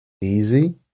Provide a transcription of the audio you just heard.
Easy